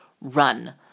run